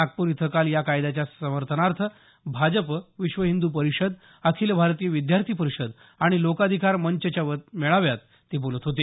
नागपूर इथं काल या कायद्याच्या समर्थनार्थ भाजप विश्व हिंद् परिषद अखिल भारतीय विद्यार्थी परिषद आणि लोकाधिकार मंचाच्या मेळाव्यात ते बोलत होते